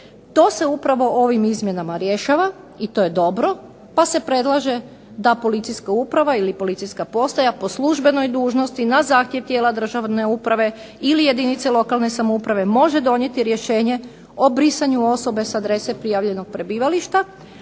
To se upravo ovim izmjenama rješava i to je dobro, pa se predlaže da policijska uprava ili policijska postaja po službenoj dužnosti na zahtjev tijela državne uprave ili jedinice lokalne samouprave može donijeti rješenje o brisanju osobe s adrese prijavljenog prebivališta,